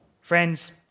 Friends